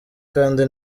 kandi